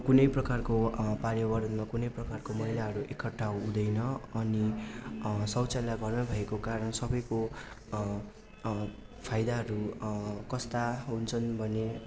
कुनै प्रकारको पार्यवरणमा कुनै प्रकारको मैलाहरू एकट्ठा हुँदैन अनि शौचाल्य घरमै भएको कारण सबैको फाइदाहरू कस्ता हुन्छन् भने